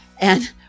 And-